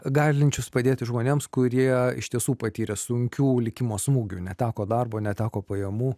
galinčius padėti žmonėms kurie iš tiesų patyrė sunkių likimo smūgių neteko darbo neteko pajamų